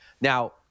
Now